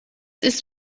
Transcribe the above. ist